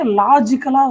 logical